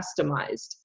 customized